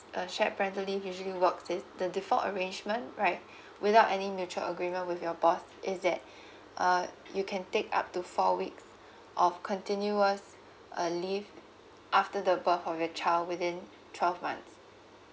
uh shared parental leave usually works is the default arrangement right without any mutual agreement with your boss is that uh you can take up to four weeks of continuous uh leave after the birth of your child within twelve months